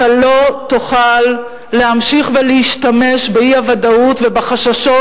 אתה לא תוכל להמשיך ולהשתמש באי-ודאות ובחששות